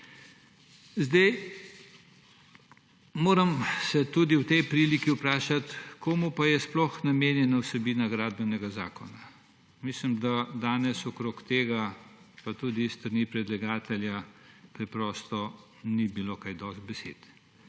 Moram se tudi ob tej priliki vprašati, komu pa je sploh namenjena vsebina Gradbenega zakona. Mislim, da danes okrog tega pa tudi s strani predlagatelja preprosto ni bilo kaj dosti besed.